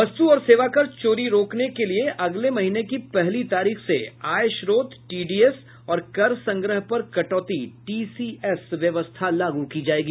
वस्त् और सेवा कर चोरी रोकने के लिए अगले महीने की पहली तारीख से आय स्त्रोत टीडीएस और कर संग्रह पर कटौती टीसीएस व्यवस्था लागू की जायेगी